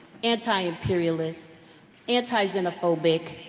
anti-imperialist, anti anti-xenophobic,